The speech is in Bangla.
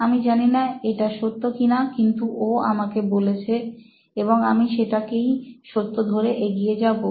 আমি জানিনা এটা সত্য কিনা কিন্তুব আমাকে বলেছে এবং আমি সেটাকেই সত্য ধরে এগিয়ে যাবো